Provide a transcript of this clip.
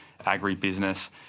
agribusiness